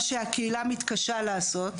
מה שהקהילה מתקשה לעשות.